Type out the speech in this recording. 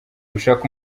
gushaka